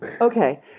Okay